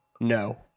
No